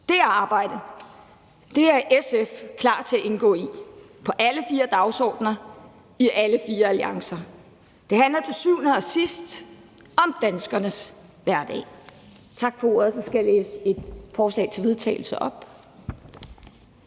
Det arbejde er SF klar til at indgå i på alle fire dagsordener og i alle fire alliancer. Det handler til syvende og sidst om danskernes hverdag. Tak for ordet. Så skal jeg læse et forslag til vedtagelse op